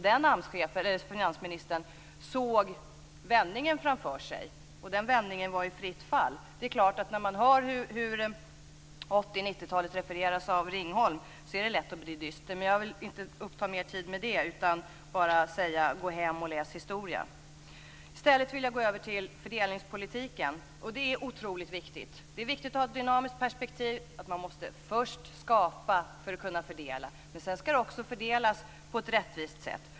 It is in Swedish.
Den finansministern såg vändningen framför sig. Den vändningen var ju ett fritt fall. Det är klart att det är lätt att bli dyster när man hör hur 1980 och 1990-talen refereras av Ringholm. Men jag vill inte uppta mer tid med att tala om detta. Jag säger bara: Gå hem och läs historia! Jag vill i stället gå över till fördelningspolitiken. Den är otroligt viktig. Det är viktigt att ha ett dynamiskt perspektiv. Man måste först skapa för att kunna fördela, men sedan ska man också fördela på ett rättvist sätt.